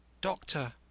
Doctor